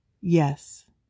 Yes